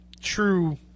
true